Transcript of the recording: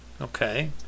Okay